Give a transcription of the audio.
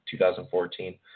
2014